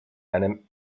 einem